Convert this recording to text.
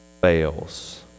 fails